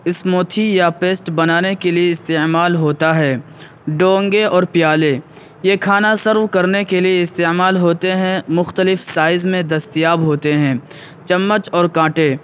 smoothie یا paste بنانے کے لیے استعمال ہوتا ہے ڈونگے اور پیالے یہ کھانا سرو کرنے کے لیے استعمال ہوتے ہیں مختلف سائز میں دستیاب ہوتے ہیں چمچ اور کانٹے